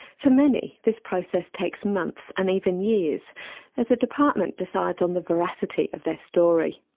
for many this process takes months and even years as the department decides on the veracity of their story.